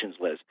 Liz